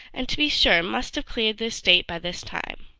and to be sure must have cleared the estate by this time.